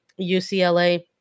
UCLA